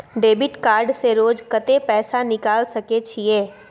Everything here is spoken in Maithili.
डेबिट कार्ड से रोज कत्ते पैसा निकाल सके छिये?